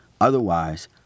Otherwise